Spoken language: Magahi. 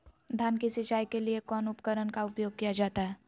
धान की सिंचाई के लिए कौन उपकरण का उपयोग किया जाता है?